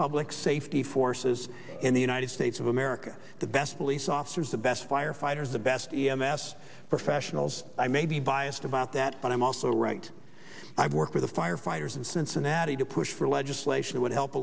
public safety forces in the united states of america the best police officers the best firefighters the best e m s professionals i may be biased about that but i'm also right i work with the firefighters in cincinnati to push for legislation would help